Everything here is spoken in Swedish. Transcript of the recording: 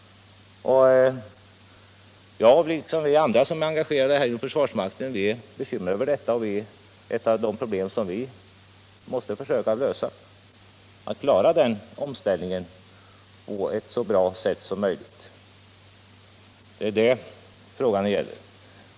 Jag liksom andra som är engagerade i försvarsmakten är bekymrade över detta och det är ett av de problem som vi måste försöka lösa, att klara den omställningen på ett så bra sätt som möjligt. Det är det frågan gäller.